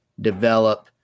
develop